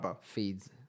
feeds